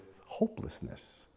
hopelessness